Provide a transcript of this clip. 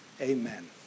Amen